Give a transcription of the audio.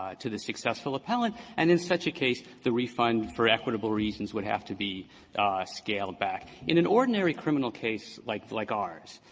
ah the successful appellant, and in such a case, the refund for equitable reasons would have to be ah scaled back. in an ordinary criminal case like like ours,